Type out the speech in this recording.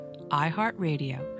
iHeartRadio